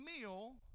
meal